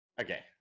Okay